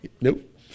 Nope